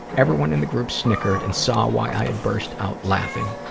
everyone in the group snickered and saw why i had burst out laughing,